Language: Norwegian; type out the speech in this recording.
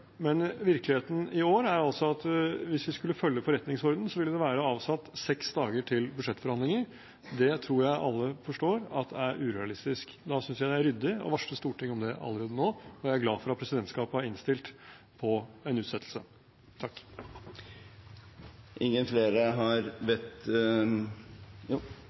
men virkeligheten i år er at hvis vi skulle følge forretningsordenen, ville det være avsatt seks dager til budsjettforhandlinger. Det tror jeg alle forstår er urealistisk. Da synes jeg det er ryddig å varsle Stortinget om det allerede nå, og jeg er glad for at presidentskapet har innstilt på en utsettelse.